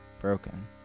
broken